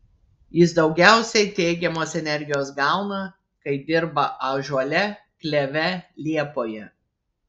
jis daugiausiai teigiamos energijos gauna kai dirba ąžuole kleve liepoje